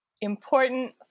Important